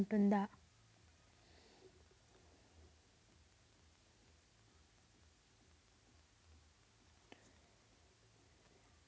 Funds బదిలీ లో ఖచ్చిత సమయం ఏమైనా ఉంటుందా?